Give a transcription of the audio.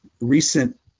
recent